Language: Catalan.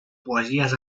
poesies